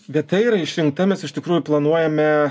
vieta yra išrinkta mes iš tikrųjų planuojame